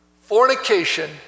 fornication